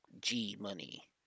G-Money